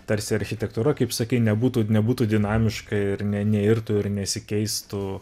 tarsi architektūra kaip sakei nebūtų nebūtų dinamiška ir ne neirtų ir nesikeistų